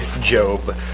Job